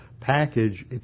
package